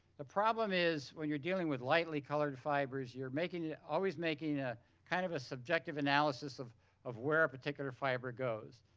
the problem is when you're dealing with lightly colored colored fibers you're making yeah always making ah kind of a subjective analysis of of where a particular fiber goes.